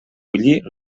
bullir